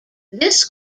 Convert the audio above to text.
this